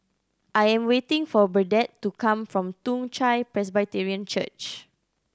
I am waiting for Burdette to come from Toong Chai Presbyterian Church